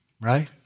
right